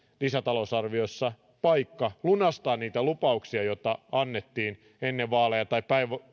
lisätalousarviossa paikka lunastaa niitä lupauksia joita annettiin ennen vaaleja tai